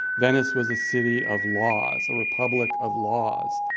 venice was a city of laws, a republic of laws.